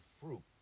fruit